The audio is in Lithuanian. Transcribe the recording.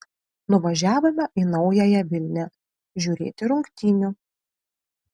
nuvažiavome į naująją vilnią žiūrėti rungtynių